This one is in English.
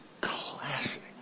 classic